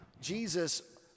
Jesus